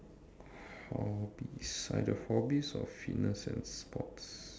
hobbies either hobbies or fitness and sports